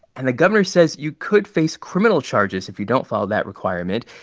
and the governor says you could face criminal charges if you don't follow that requirement.